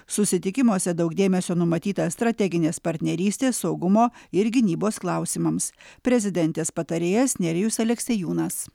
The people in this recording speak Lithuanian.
susitikimuose daug dėmesio numatytą strateginės partnerystės saugumo ir gynybos klausimams prezidentės patarėjas nerijus aleksiejūnas